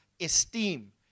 esteem